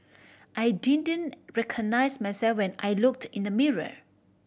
I didn't recognise myself when I looked in the mirror